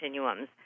continuums